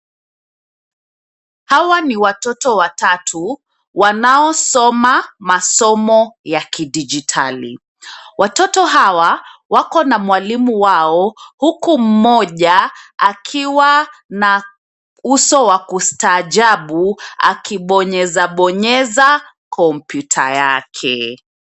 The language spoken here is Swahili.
Hawa ni watoto watatu wanaosoma masomo ya kidijitali. Watoto hawa wakona mwalimu wao huku mmoja akiwa na uso wa kustaajabu akibonyezabonyeza kompyuta yake .